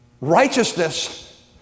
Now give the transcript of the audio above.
righteousness